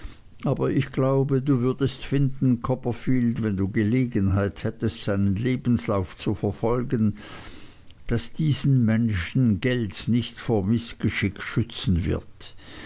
aber ich glaube du würdest finden copperfield wenn du gelegenheit hättest seinen lebenslauf zu verfolgen daß diesen menschen geld nicht vor mißgeschick schützen wird